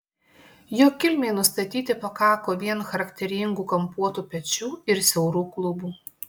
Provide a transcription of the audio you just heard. jo kilmei nustatyti pakako vien charakteringų kampuotų pečių ir siaurų klubų